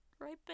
Right